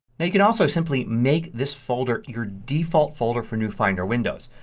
now you can also simply make this folder your default folder for new finder windows.